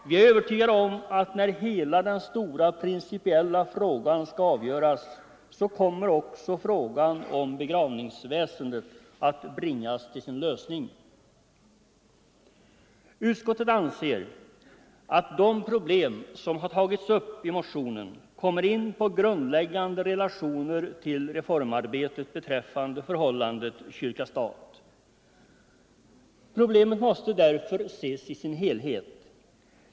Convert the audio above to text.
Vi är övertygade om att när hela den stora principiella frågan skall avgöras kommer också frågan om begravningsväsendet att bringas till sin lösning. Utskottet anser att de problem som tagits upp i motionen kommer in på grundläggande relationer till reformarbetet beträffande förhållandet kyrka-stat. Problemet måste därför ses i sin helhet.